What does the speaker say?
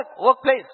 workplace